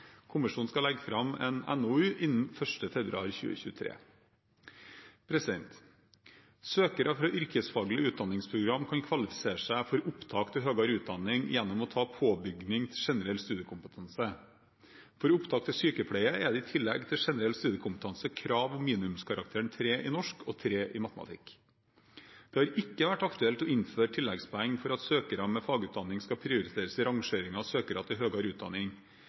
Kommisjonen skal legge fram en NOU innen 1. februar 2023. Søkere fra yrkesfaglige utdanningsprogram kan kvalifisere seg for opptak til høyere utdanning gjennom å ta påbygging til generell studiekompetanse. For opptak til sykepleie er det i tillegg til generell studiekompetanse krav om minimumskarakteren 3 i norsk og 3 i matematikk. Det har ikke vært aktuelt å innføre tilleggspoeng for at søkere med fagutdanning skal prioriteres i rangeringen av søkere til høyere utdanning.